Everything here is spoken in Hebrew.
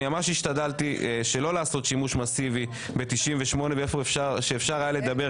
אני ממש השתדלתי שלא לעשות שימוש מסיבי ב-98 ואיפה שאפשר היה לדבר,